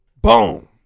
boom